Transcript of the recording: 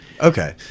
okay